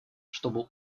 чтобы